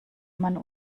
man